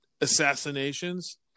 assassinations